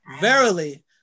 verily